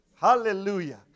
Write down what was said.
Hallelujah